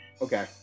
Okay